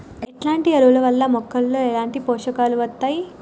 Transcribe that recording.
ఎట్లాంటి ఎరువుల వల్ల మొక్కలలో ఎట్లాంటి పోషకాలు వత్తయ్?